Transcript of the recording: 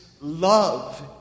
love